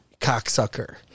cocksucker